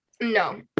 no